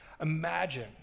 imagine